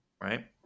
right